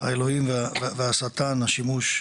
האלוהים והשטן השימוש,